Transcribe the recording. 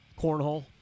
cornhole